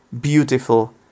beautiful